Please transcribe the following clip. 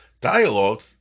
Dialogue